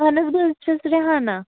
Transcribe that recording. مانسبل چھَس رِہانا